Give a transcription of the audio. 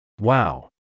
Wow